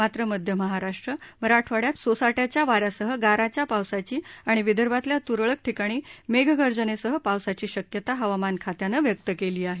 मात्र मध्य महाराष्ट्र मराठवाइयात सोसाट्याच्या वा यासह गारांच्या पावसाची आणि विदर्भातल्या तुरळक ठिकाणी मेघगर्जनेसह पावसाची शक्यता हवामान खात्यानं व्यक्त केली आहे